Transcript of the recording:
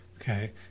Okay